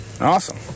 Awesome